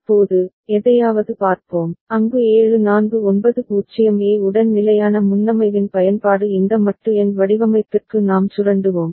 இப்போது எதையாவது பார்ப்போம் அங்கு 7490A உடன் நிலையான முன்னமைவின் பயன்பாடு இந்த மட்டு எண் வடிவமைப்பிற்கு நாம் சுரண்டுவோம்